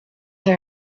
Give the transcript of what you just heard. her